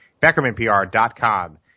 BeckermanPR.com